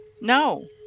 No